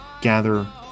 gather